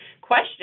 question